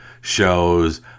shows